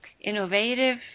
innovative